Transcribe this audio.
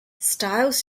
styles